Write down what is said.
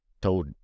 told